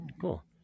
Cool